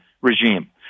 regime